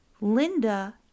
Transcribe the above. Linda